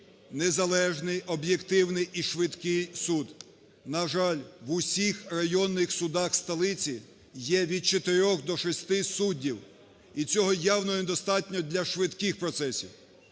Незалежний, об'єктивний і швидкий суд. На жаль, у всіх районних судах столиці є від чотирьох до шести суддів. І цього явно недостатньо для швидких процесів.